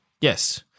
Yes